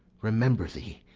remember thee!